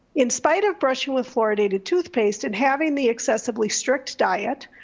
in spite of brushing with fluoridated toothpaste and having the accessibly strict diet,